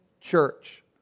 church